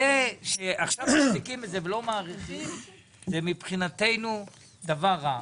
זה שעכשיו מפסיקים את זה ולא מאריכים זה מבחינתנו דבר רע.